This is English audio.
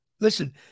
listen